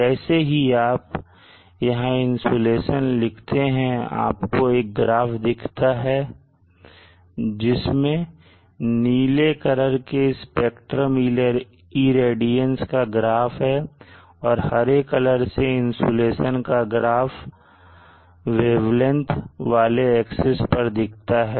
जैसे ही आप यहां इंसुलेशन लिखते हैं आपको एक ग्राफ दिखता है जिसमें नीले कलर से स्पेक्ट्रेल रेडियंस का ग्राफ दिखता है और हरे कलर से इंसुलेशन का ग्राफ वेवलेंथ वाले एक्सेस पर दिखता है